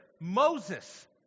Moses